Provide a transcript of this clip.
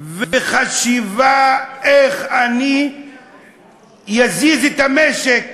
וחשיבה איך אני אזיז את המשק,